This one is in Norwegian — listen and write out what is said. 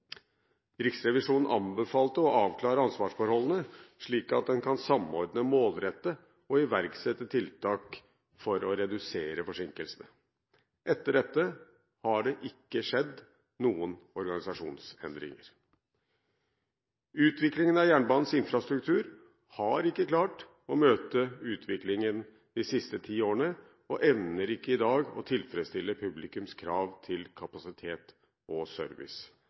Riksrevisjonen anbefalte å avklare ansvarsforholdene slik at en kan samordne, målrette og iverksette tiltak for å redusere forsinkelsene. Etter dette har det ikke skjedd noen organisasjonsendringer. Utviklingen av jernbanens infrastruktur har ikke klart å møte utviklingen de siste ti årene og evner ikke i dag å tilfredsstille publikums krav til kapasitet og service.